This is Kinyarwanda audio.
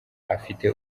afite